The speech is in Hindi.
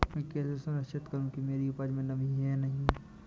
मैं कैसे सुनिश्चित करूँ कि मेरी उपज में नमी है या नहीं है?